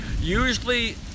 usually